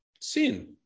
sin